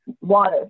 water